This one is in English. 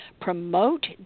promote